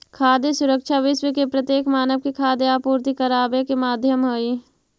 खाद्य सुरक्षा विश्व के प्रत्येक मानव के खाद्य आपूर्ति कराबे के माध्यम हई